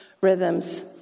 rhythms